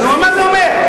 מה זה אומר?